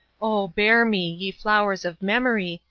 oh, bear me, ye flowers of memory,